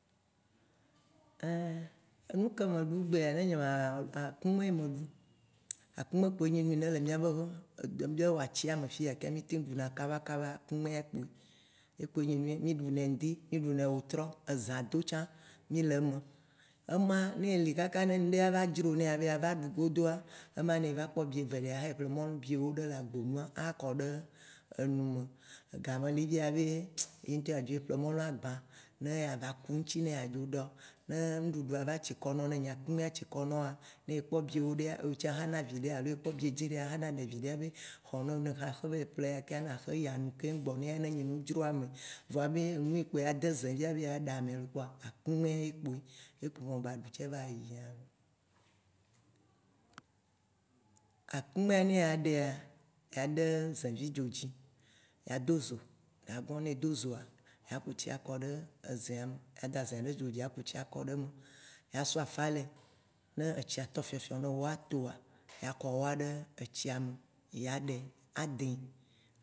nuke meɖu egbea ne nye ma akume ye meɖu, akume kpoe nye nu yi ne le mìabe he wacia mea fi ya ka mì ɖu na kaba kaba, akumea kpoe. Ye kpoe nye nu, mì ɖu nɛ ŋdi, mì ɖu nɛ wetrɔ, eza do tsã mì le eme, ema ne eli kaka ne ŋɖe ava dzro, ne abe yea va ɖu godoa, ema ne eva kpɔ bieve ɖea, xea ƒle mɔlu biewo ɖe le agbo nu akɔ ɖe enu me. Ega meli via abe abe ye ŋtɔ yea dzo va yi ƒle mɔlu agbã ne yeaku ŋti ne yeadzo ɖa o. Ne ŋɖuɖua va tsi kɔ nɔ, ne nyi akumea tsi kɔ nɔa, nɔ woa, ne ekpɔ biewo ɖea, wotsã axɔ na viɖe alo ekpɔ biedze ɖea, axɔ na viɖe abe xɔ ne wɔ xa axɔ va yi ƒle ŋɖe ne axɔ ya nu keŋgbɔ, ne ya ne nye nudzroame. Vɔa abe nu yi kpoa de ze via abe yea ɖa me lo kpoa akumea ye. Ye kpo me gba ɖu ce va yi via lo Akumea ne ya ɖea, ya ɖe zevi dzodzi, yea do zo, ye ne do zoa, yea ku tsi akɔ ɖe eze me, ya da zea ɖe dzo ɖe dzodzi aku tsi akɔ ɖe eme. Ya sɔ afale, ne etsia tɔ fiɔfiɔ ne ewɔa toa, ya kɔ wɔa ɖe etsia me. Yea ɖea, adeĩ,